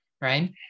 Right